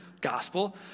gospel